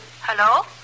Hello